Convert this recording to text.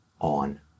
on